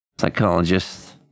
Psychologist